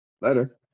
Later